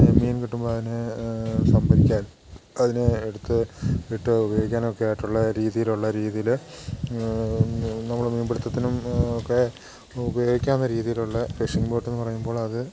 മീൻ കിട്ടുമ്പോൾ അതിന് സംഭരിക്കാൻ അതിനെ എടുത്തു വിട്ട് ഉപയോഗിക്കാനൊക്കെ ആയിട്ടുള്ള രീതിയിലുള്ള രീതിയിൽ നമ്മൾ മീൻ പിടുത്തത്തിനും ഒക്കെ ഉപയോഗിക്കാവുന്ന രീതിയിലുള്ള ഫിഷിംഗ് ബോട്ടെന്നു പറയുമ്പോൾ അത്